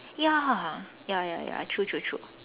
ya ya ya ya true true true